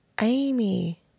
Amy